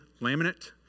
laminate